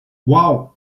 uau